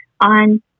on